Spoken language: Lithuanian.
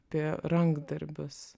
apie rankdarbius